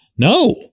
No